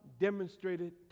demonstrated